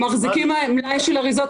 מחזיקים מלאי של אריזות.